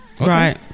Right